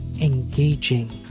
engaging